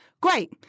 Great